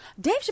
Dave